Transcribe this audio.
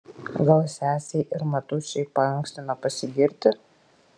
gal sesei ir motušei paankstino pasigirti